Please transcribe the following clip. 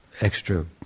extra